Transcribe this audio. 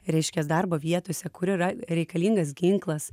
reiškias darbo vietose kur yra reikalingas ginklas